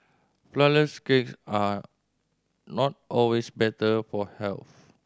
flourless are not always better for health